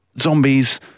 zombies